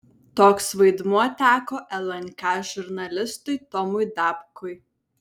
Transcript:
toks vaidmuo teko lnk žurnalistui tomui dapkui